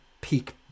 peak